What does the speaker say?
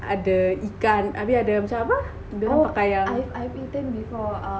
ada ikan habis ada macam apa dia orang pakai yang